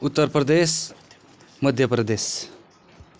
Uttar Pradesh Madhya Pradesh